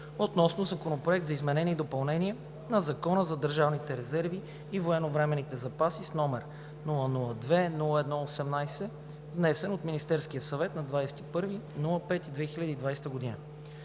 относно Законопроект за изменение и допълнение на Закона за държавните резерви и военновременните запаси, № 002-01-18, внесен от Министерския съвет на 21 май 2020 г.